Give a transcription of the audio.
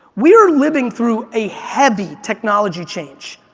we're living through a heavy technology change.